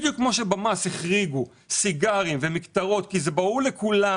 בדיוק כמו שבמס החריגו סיגרים ומקטרות כי זה ברור לכולם